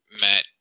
Matt